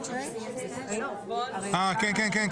כן.